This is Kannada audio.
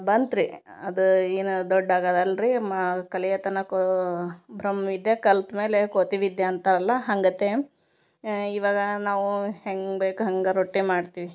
ಬಂತ್ರಿ ಅದಾ ಏನು ದೊಡ್ಡಾಗದಲ್ಲರಿ ಮಾ ಕಲಿಯ ತನಕಾ ಬ್ರಹ್ಮ್ ವಿದ್ಯ ಕಲ್ತ ಮೇಲೆ ಕೋತಿ ವಿದ್ಯ ಅಂತ ಅಲ್ಲಾ ಹಂಗತೇ ಇವಗಾ ನಾವು ಹೆಂಗೆ ಬೇಕು ಹಂಗಾ ರೊಟ್ಟಿ ಮಾಡ್ತೀವಿ